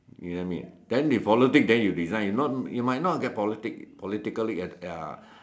you know what I mean then if politic then you resign you might not get politic politically at ya